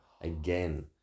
again